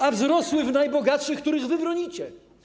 a wzrosły w najbogatszych, których wy bronicie.